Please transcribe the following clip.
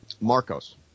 Marcos